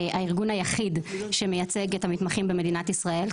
הארגון היחיד שמייצג את המתמחים במדינת ישראל.